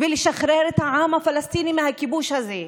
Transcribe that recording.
ולשחרר את העם הפלסטיני מהכיבוש הזה.